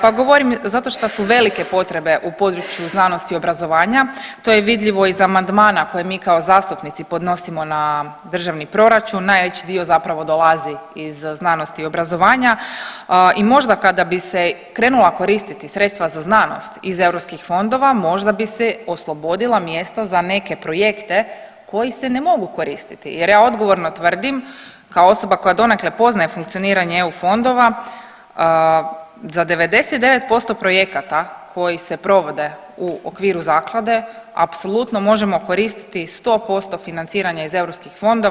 Pa govorim zato što su velike potrebe u području znanosti i obrazovanja, to je vidljivo iz amandmana koje mi kao zastupnici podnosimo na državni proračun, najveći dio zapravo dolazi iz znanosti i obrazovanja i možda kada bi se krenula koristiti sredstva za znanost iz eu fondova možda bi se oslobodila mjesta za neke projekte koji se ne mogu koristiti jer ja odgovorno tvrdim kao osoba koja donekle poznaje funkcioniranje eu fondova za 99% projekata koji se provode u okviru zaklade apsolutno možemo koristiti 100% financiranja iz eu fondova.